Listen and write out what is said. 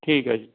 ਠੀਕ ਹੈ ਜੀ